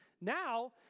Now